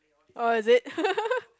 oh is it